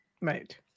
Right